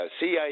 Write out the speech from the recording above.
CIA